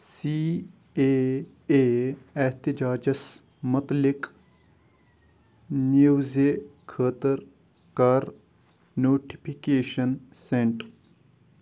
C A A احتِجاجس مُتعلق نِوزِ خٲطٕر کَر نوٹِفِکیشن سٮ۪نٛٹ